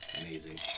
Amazing